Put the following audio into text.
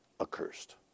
accursed